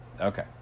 Okay